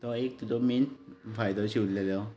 तो एक तुजो मेन फायदो शिंवलेलो